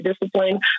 discipline